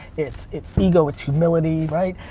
it's it's ego, it's humility, right?